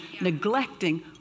neglecting